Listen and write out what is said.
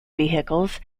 vehicles